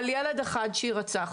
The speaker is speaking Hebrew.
על ילד אחר שיירצח.